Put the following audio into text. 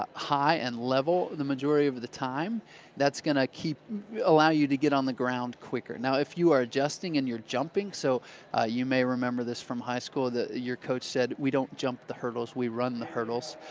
ah high and level, the majority of of the time that's going to keep allow you to get on the ground quicker. now, if you are adjusting and you're jumping, so ah you may remember this from high school that your coach said we don't jump the hurdles. we run the hurdles.